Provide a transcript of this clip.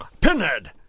Pinhead